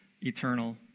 eternal